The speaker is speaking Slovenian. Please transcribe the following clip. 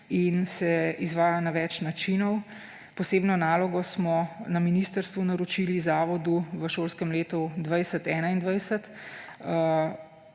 in se izvaja na več načinov. Posebno nalogo smo na ministrstvu naročili zavodu v šolskem letu